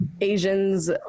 Asians